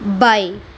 bye